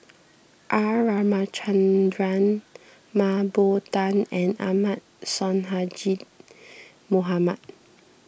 R Ramachandran Mah Bow Tan and Ahmad Sonhadji Mohamad